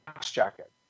jacket